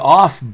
off